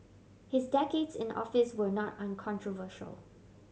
his decades in office were not uncontroversial